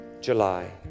July